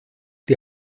die